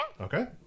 Okay